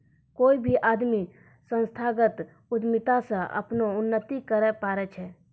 कोय भी आदमी संस्थागत उद्यमिता से अपनो उन्नति करैय पारै छै